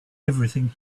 everything